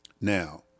Now